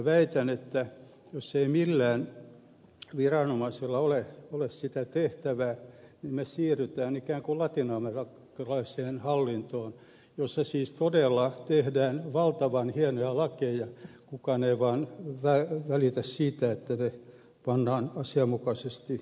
väitän että jos ei millään viranomaisella ole sitä tehtävää niin me siirrymme ikään kuin latinalaisamerikkalaiseen hallintoon jossa siis todella tehdään valtavan hienoja lakeja kukaan ei vaan välitä siitä että ne pannaan asianmukaisesti toimeen